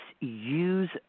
use